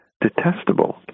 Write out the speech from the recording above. detestable